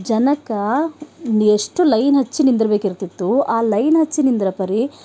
ಜನಕ್ಕೆ ಎಷ್ಟು ಲೈನ್ ಹಚ್ಚಿ ನಿಂದಿರಬೇಕಿರ್ತಿತ್ತು ಆ ಲೈನ್ ಹಚ್ಚಿ ನಿಂದ್ರೋ ಪರಿ